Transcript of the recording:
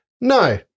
No